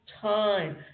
time